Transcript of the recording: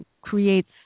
creates